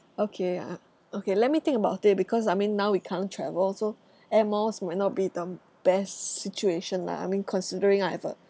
okay uh okay let me think about it because I mean now we can't travel so air miles might not be the best situation lah I mean considering I have a